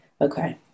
Okay